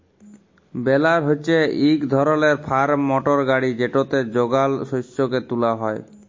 বেলার হছে ইক ধরলের ফার্ম মটর গাড়ি যেটতে যগাল শস্যকে তুলা হ্যয়